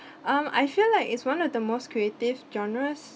um I feel like its one of the most creative genres